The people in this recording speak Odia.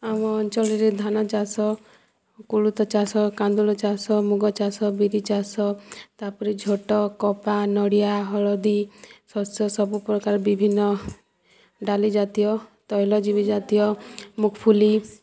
ଆମ ଅଞ୍ଚଲରେ ଧାନ ଚାଷ କୋଳଥ ଚାଷ କାନ୍ଦୁଲ ଚାଷ ମୁଗ ଚାଷ ବିରି ଚାଷ ତା'ପରେ ଝୋଟୋ କପା ନଡ଼ିଆ ହଳଦୀ ଶଶ୍ୟ ସବୁ ପ୍ରକାର ବିଭିନ୍ନ ଡ଼ାଲି ଜାତୀୟ ତୈଳଜିବୀ ଜାତୀୟ ମୁଫଲି